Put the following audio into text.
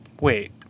Wait